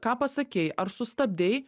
ką pasakei ar sustabdei